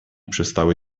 przestały